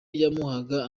yamuhaga